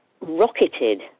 rocketed